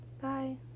Bye